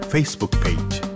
Facebook-page